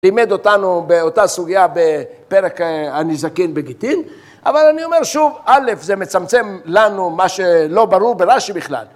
לימד אותנו באותה סוגיה בפרק הנזקין בגיטין, אבל אני אומר שוב, א' זה מצמצם לנו מה שלא ברור ברש"י בכלל.